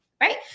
right